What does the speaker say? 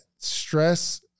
stress